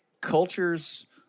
cultures